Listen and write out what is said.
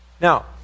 Now